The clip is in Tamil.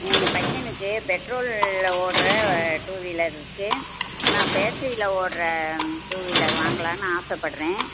எங்கள் எங்கள் பையனுக்கு பெட்ரோலில் ஓடுற டூவீலர் இருக்குது ஆனால் பேட்ரியில் ஓடுகிற டூவீலர் வாங்கலான்னு ஆசை படுறேன்